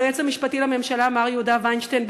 וליועץ המשפטי לממשלה מר יהודה וינשטיין,